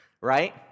right